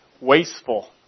wasteful